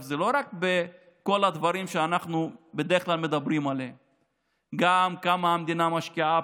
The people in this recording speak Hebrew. זה לא רק בכל הדברים שאנחנו מדברים עליהם בדרך כלל,